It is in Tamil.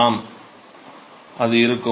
ஆம் அது இருக்கும்